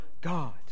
god